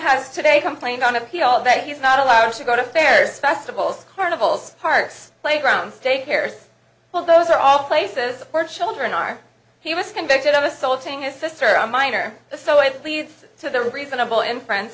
has today complained on appeal that he's not allowed to go to fairs festivals carnivals parks playgrounds daycare well those are all places where children are he was convicted of assaulting a sister or a minor so it leads to the reasonable inferen